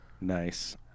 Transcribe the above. Nice